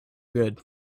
good